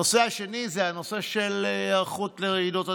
הנושא השני הוא הנושא של היערכות לרעידות אדמה.